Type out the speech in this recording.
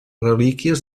relíquies